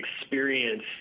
experience